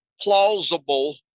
plausible